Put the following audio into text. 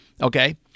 okay